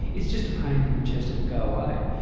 it's just a pain in the chest, it'll go away.